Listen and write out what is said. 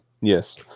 Yes